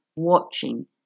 Watching